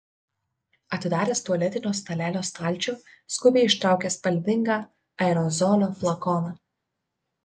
atidaręs tualetinio stalelio stalčių skubiai ištraukė spalvingą aerozolio flakoną